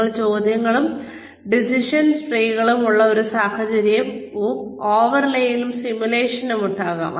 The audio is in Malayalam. നിങ്ങൾക്ക് ചോദ്യങ്ങളും ഡിസിഷൻ ട്രീകളും ഉള്ള ഒരു സാഹചര്യവും ഓവർലേയിംഗ് സിമുലേഷനും ഉണ്ടാകാം